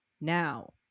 now